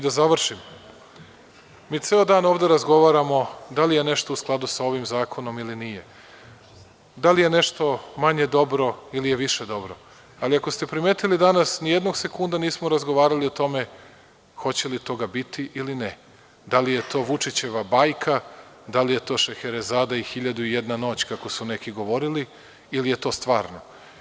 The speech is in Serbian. Da završim, mi ceo dan ovde razgovaramo da li je nešto u skladu sa ovim zakonom ili nije, da li je nešto manje dobro ili je više dobro, ali, ako ste primetili, danas ni jednog sekunda nismo razgovarali o tome hoće li toga biti ili ne, da li je to Vučićeva bajka, da li je to Šeherezada i hiljadu i jedna noć, kako su neki govorili, ili je to stvarno.